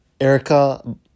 Erica